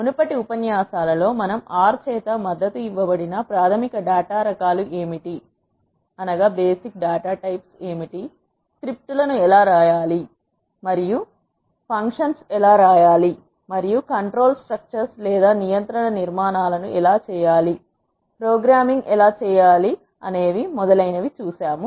మునుపటి ఉపన్యాసాలలో మనము R చేత మద్దతు ఇవ్వబడిన ప్రాథమిక డేటా రకాలు ఏమిటి స్క్రిప్ట్లను ఎలా వ్రాయాలి విధులను ఎలా వ్రాయాలి మరియు నియంత్రణ నిర్మాణాల ను ఎలా చేయాలి ప్రోగ్రామింగ్ ఎలా చేయాలి మరియు మొదలైనవి చూశాము